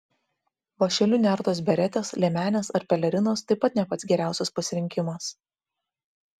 vąšeliu nertos beretės liemenės ar pelerinos taip pat ne pats geriausias pasirinkimas